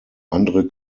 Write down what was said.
andere